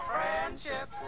friendship